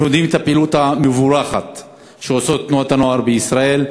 אנחנו יודעים על הפעילות המבורכת שעושות תנועות הנוער בישראל.